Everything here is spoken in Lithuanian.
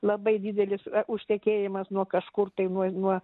labai didelis užtekėjimas nuo kažkur tai nuo nuo